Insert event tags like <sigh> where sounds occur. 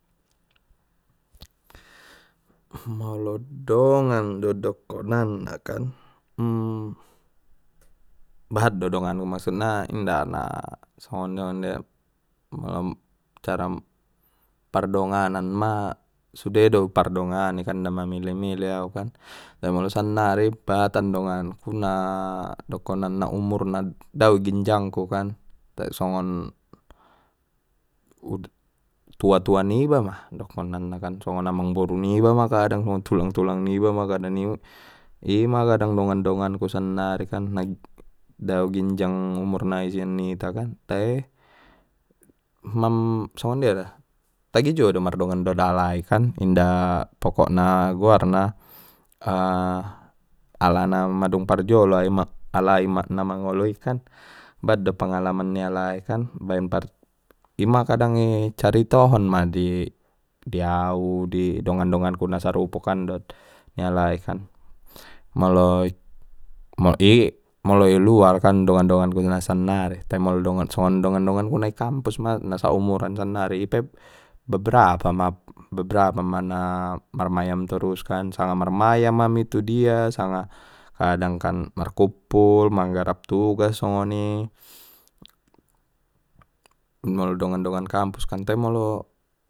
Molo dongan na dokonan na kan, bahat do dongan on maksudna inda na songonon <noise> molo cara pardonganan ma sude do pardongana ni kan inda mamili-mili au kan tai molo sannari bahatan dongan ku na dokonan na umur na dao i ginjangku kan tai songon tua-tua niba ma dokonan na songon amangboru niba ma kadang songon tulang-tulang niba ma kan <unintelligible> ima kadang dongan-donganku sannari dao ginjang umur nai sian ita kan tai mam-songon jia do tagi juo do mardongan dot alai kan inda pokokna goarna <hesitation> alana madung parjolo aima alaima na mangoloi kan bat do pangalaman ni alaikan baen par ima kadang i caritohon ma di-di au di dongan donganku na sarupo kan dot ni alai kan molo i molo iluar kan dongan donganku na sannari tai molo songon dongan donganku na i kampus ma na saumuran sannari ipe beberapa ma beberapa ma na marmayam torus sanga marmayam ami tudia sanga kadang kan markuppul manggarap tugas songoni <noise> molo dongan dongan kampuskan tai molo.